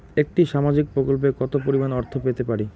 একটি সামাজিক প্রকল্পে কতো পরিমাণ অর্থ পেতে পারি?